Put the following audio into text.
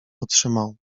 otrzymał